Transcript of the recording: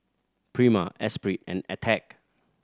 Prima Esprit and Attack